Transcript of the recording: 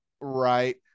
right